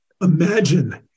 Imagine